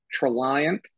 Treliant